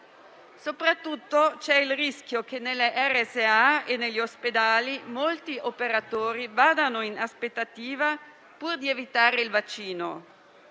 Soprattutto, c'è il rischio che nelle RSA e negli ospedali molti operatori vadano in aspettativa pur di evitare il vaccino.